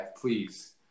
please